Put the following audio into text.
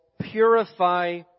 purify